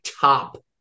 top